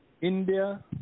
India